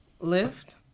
lift